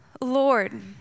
Lord